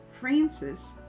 Francis